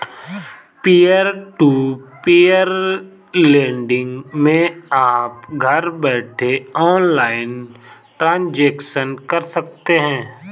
peer to peer lending मै आप घर बैठे ऑनलाइन ट्रांजेक्शन कर सकते है